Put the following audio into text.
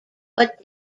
but